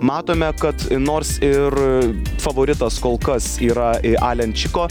matome kad nors ir favoritas kol kas yra e alen čiko